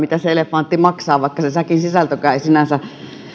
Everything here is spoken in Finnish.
mitä se elefantti maksaa vaikka se säkin sisältökään ei sinänsä